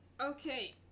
Okay